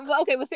okay